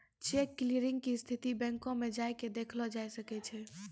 cheque clearing के स्थिति बैंको मे जाय के देखलो जाय सकै छै